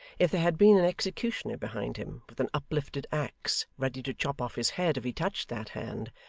if there had been an executioner behind him with an uplifted axe ready to chop off his head if he touched that hand,